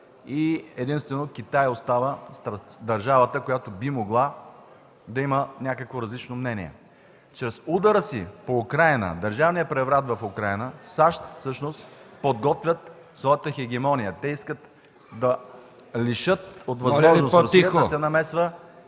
И единствено Китай остава държавата, която би могла да има някакво различно мнение. Чрез удара си по Украйна, държавния преврат в Украйна, САЩ всъщност подготвят своята хегемония – те искат да лишат от възможност... (Шум в залата.)